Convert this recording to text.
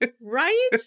right